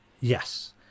Yes